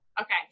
Okay